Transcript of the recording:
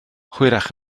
hwyrach